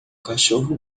cachorro